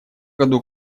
году